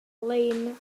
lein